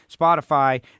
Spotify